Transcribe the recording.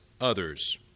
others